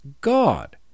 God